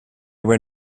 were